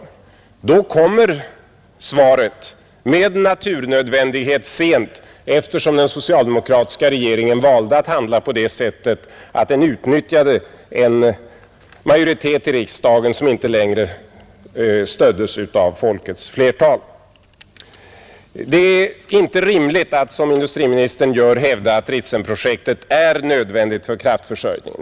Men svaret kommer med naturnödvändighet sent, eftersom den socialdemokratiska regeringen valde att handla på det sättet att den utnyttjade en majoritet i riksdagen som inte längre stöddes av folkets flertal. Det är inte rimligt att, som industriministern gör, hävda att Ritsemprojektet är nödvändigt för kraftförsörjningen.